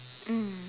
mm